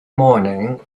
morning